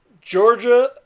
Georgia